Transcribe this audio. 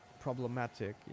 problematic